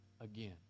again